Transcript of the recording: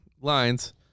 lines